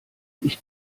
ich